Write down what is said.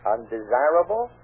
Undesirable